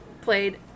played